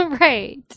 Right